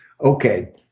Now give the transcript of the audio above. okay